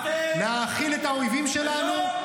להאכיל את האויבים שלנו?